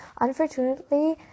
unfortunately